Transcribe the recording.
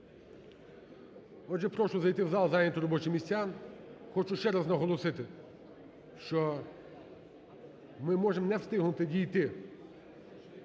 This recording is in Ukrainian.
Отже, прошу зайти в зал і зайняти робочі місця, хочу ще раз наголосити, що ми можемо не встигнути дійти